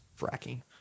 fracking